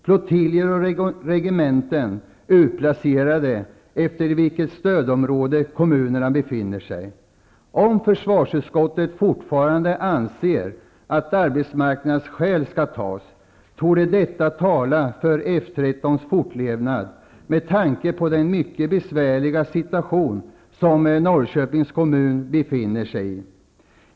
Flottiljer och regementen skulle vara utplacerade efter i vilket stödområde kommunerna befinner sig. Om försvarsutskottet fortfarande anser att arbetsmarknadsskäl skall beaktas, torde detta tala för F 13:s fortlevnad med tanke på den mycket besvärliga situation som Norrköpings kommun befinner sig i.